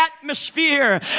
atmosphere